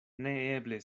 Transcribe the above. neeble